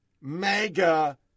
mega